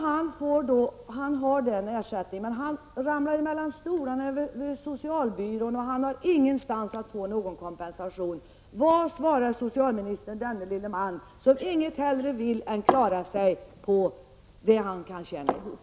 Med den ersättning som han får hamnar han mellan stolarna på socialbyrån. Han får inte ordentlig kompensation någonstans. Vad svarar socialministern denne lille man, som ingenting hellre vill än klara sig på det som han kan tjäna ihop?